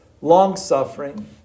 long-suffering